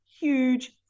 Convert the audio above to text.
huge